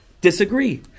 disagree